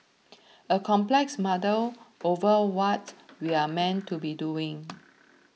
a complex muddle over what we're meant to be doing